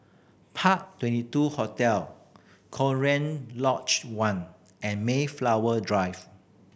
Park Twenty two Hotel Cochrane Lodge One and Mayflower Drive